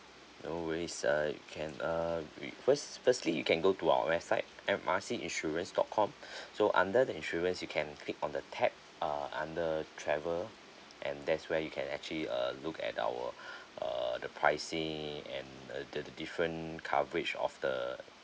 no worries uh you can uh we first firstly you can go to our website M R C insurance dot com so under the insurance you can click on the tab uh under travel and there's where you can actually uh look at our err the pricing and uh the the different coverage of the